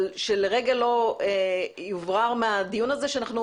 אבל שלרגע לא יוברר מהדיון הזה שאנחנו